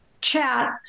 Chat